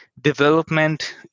development